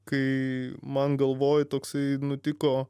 kai man galvoj toksai nutiko